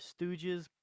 Stooges